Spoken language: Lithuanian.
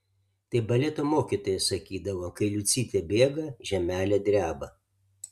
tai baleto mokytoja sakydavo kai liucytė bėga žemelė dreba